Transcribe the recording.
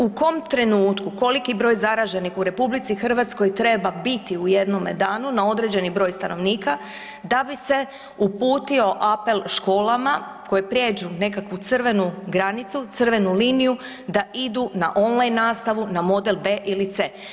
U kom trenutku koliki broj zaraženih u RH treba biti u jednome danu na određeni broj stanovnika da bi se uputio apel školama koje prijeđu nekakvu crvenu granicu, crvenu liniju da idu na online nastavu na model B ili C?